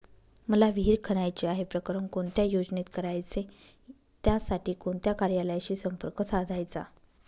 मला विहिर खणायची आहे, प्रकरण कोणत्या योजनेत करायचे त्यासाठी कोणत्या कार्यालयाशी संपर्क साधायचा?